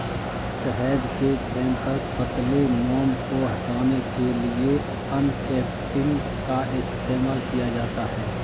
शहद के फ्रेम पर पतले मोम को हटाने के लिए अनकैपिंग का इस्तेमाल किया जाता है